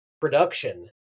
production